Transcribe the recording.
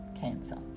cancer